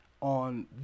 on